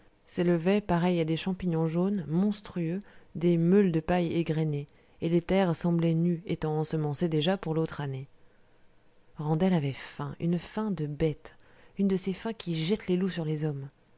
s'élevaient pareilles à des champignons jaunes monstrueux des meules de paille égrenées et les terres semblaient nues étant ensemencées déjà pour l'autre année randel avait faim une faim de bête une de ces faims qui jettent les loups sur les hommes